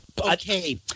Okay